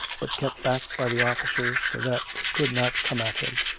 but kept back by the officers so that they could not come at him.